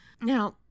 Now